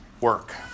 work